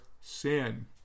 sin